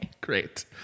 Great